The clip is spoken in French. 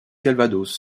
calvados